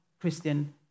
Christian